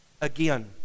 again